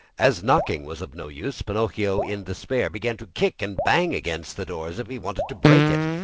as knocking was of no use, pinocchio, in despair, began to kick and bang against the door, as if he wanted to break it.